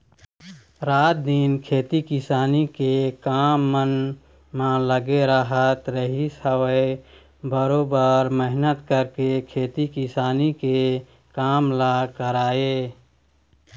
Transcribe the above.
रात दिन खेती किसानी के काम मन म लगे रहत रहिस हवय बरोबर मेहनत करके खेती किसानी के काम ल करय